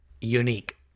unique